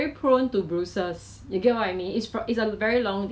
他有他有卖那种很像 honey